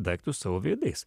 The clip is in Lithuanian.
daiktus savo veidais